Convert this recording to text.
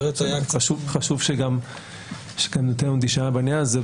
יש כאן יותר --- בעניין הזה,